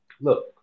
Look